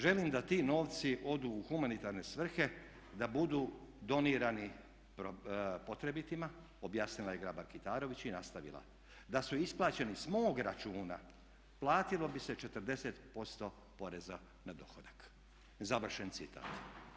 Želim da ti novci odu u humanitarne svrhe, da budu donirani potrebitima." objasnila je Grabar Kitarović i nastavila "da su isplaćeni s mog računa platilo bi se 40% poreza na dohodak." Završen cita.